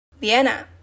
Vienna